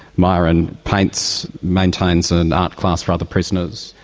myuran paints, maintains an art class for other prisoners,